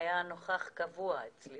היה נוכח קבוע אצלי בוועדה.